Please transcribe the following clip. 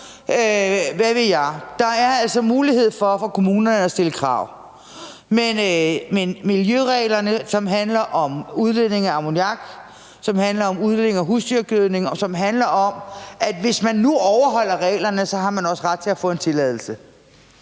Der er altså mulighed for kommunerne for at stille krav. Men miljøregler, som handler om udledning af ammoniak, som handler om udledning af husdyrgødning, og som handler om, at hvis man nu overholder reglerne, har man også ret til at få en tilladelse,